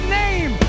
name